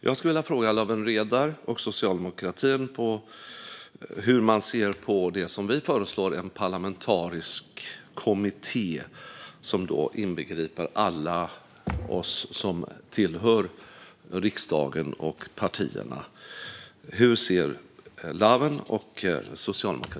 Jag vill fråga Lawen Redar hur man inom socialdemokratin ser på det som vi föreslår, nämligen en parlamentarisk kommitté som inbegriper alla oss som tillhör riksdagen och partierna.